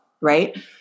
right